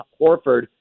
Horford